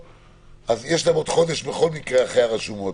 יש להם עוד חודש בכל מקרה אחרי הרשומות,